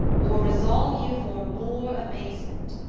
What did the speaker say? or resolve you for more amazement.